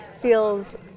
feels